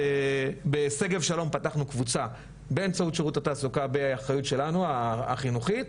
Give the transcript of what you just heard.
בשגב שלום פתחנו קבוצה באמצעות שירות התעסוקה ובאחריות שלנו החינוכית,